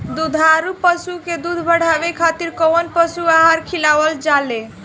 दुग्धारू पशु के दुध बढ़ावे खातिर कौन पशु आहार खिलावल जाले?